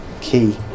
key